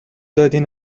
دادین